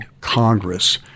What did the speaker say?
Congress